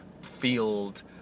field